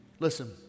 Listen